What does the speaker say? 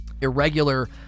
Irregular